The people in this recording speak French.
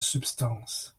substance